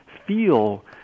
feel